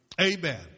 Amen